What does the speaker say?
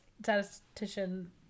statistician